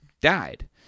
died